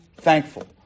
thankful